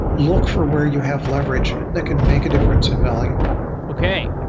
look for where you have leverage that can make a difference and value okay.